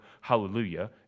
hallelujah